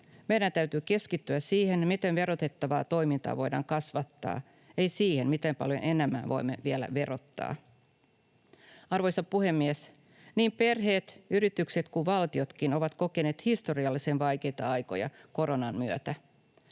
Meidän täytyy keskittyä siihen, miten verotettavaa toimintaa voidaan kasvattaa, ei siihen, miten paljon enemmän voimme vielä verottaa. Arvoisa puhemies! Niin perheet, yritykset kuin valtiotkin ovat kokeneet historiallisen vaikeita aikoja koronan myötä.